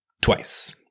twice